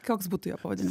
koks būtų jo pavadi